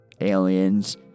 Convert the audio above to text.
Aliens